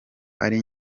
ari